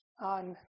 on